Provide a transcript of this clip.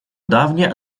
давние